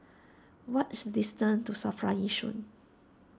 what is the distance to Safra Yishun